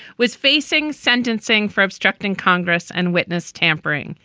was facing sentencing for obstructing congress and witness tampering.